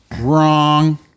wrong